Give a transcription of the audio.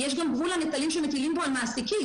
יש גם גבול לנטל שמטילים על המעסיקים.